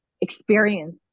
experience